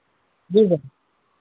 जी sir